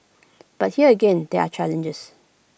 but here again there are challenges